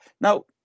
Now